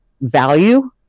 value